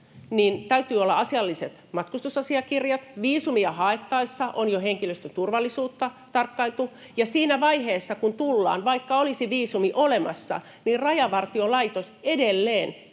täytyy olla asialliset matkustusasiakirjat, viisumia haettaessa on jo henkilön turvallisuutta tarkkailtu, ja siinä vaiheessa kun tullaan, vaikka olisi viisumi olemassa, niin Rajavartiolaitos edelleen käy